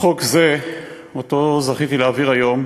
חוק זה שזכיתי להעביר היום